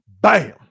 Bam